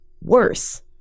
worse